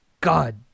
God